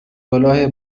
کلاه